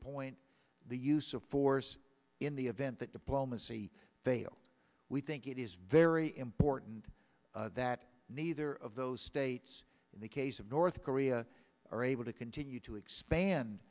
point the use of force in the event that diplomacy fails we think it is very important that neither of those states in the case of north korea are able to continue to expand